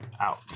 out